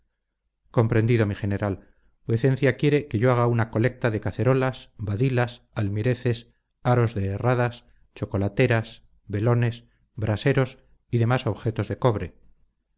comprendido mi general vuecencia quiere que yo haga una colecta de cacerolas badilas almireces aros de herradas chocolateras velones braseros y demás objetos de cobre